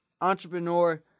entrepreneur